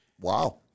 Wow